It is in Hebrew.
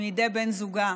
בידי בן זוגה,